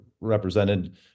represented